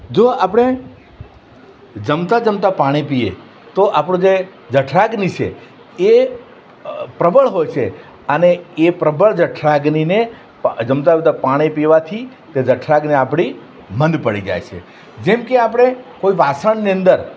જો આપણે જમતા જમતા પાણી પીએ તો આપણને જઠરાગ્નિ છે એ પ્રબળ હોય છે અને એ પ્રબળ જઠરાગ્નિને જમતા જમતા પાણી પીવાથી જઠરાગ્નિ આપણી મંદ પડી જાયે છે જેમકે આપણે કોઈ વાસણની અંદર